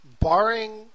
barring